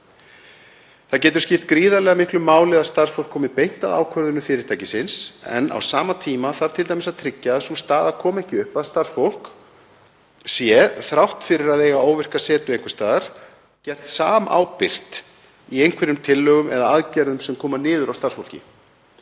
Það getur skipt gríðarlega miklu máli að starfsfólk komi beint að ákvörðunum fyrirtækisins en á sama tíma þarf t.d. að tryggja að sú staða komi ekki upp að starfsfólk sé, þrátt fyrir að eiga óvirka setu einhvers staðar, gert samábyrgt í einhverjum tillögum eða aðgerðum sem koma niður á starfsfólki.